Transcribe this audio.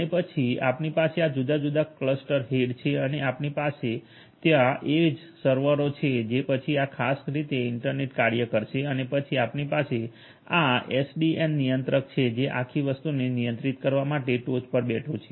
અને પછી આપણી પાસે આ જુદા જુદા ક્લસ્ટર હેડ છે અને આપણી પાસે ત્યાં આ એજ સર્વરો છે જે પછી આ ખાસ રીતે ઇન્ટરનેટ કાર્ય કરશે અને પછી આપણી પાસે આ એસડીએન નિયંત્રક છે જે આખી વસ્તુને નિયંત્રિત કરવા માટે ટોચ પર બેઠું છે